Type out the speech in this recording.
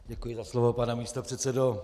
Děkuji za slovo, pane místopředsedo.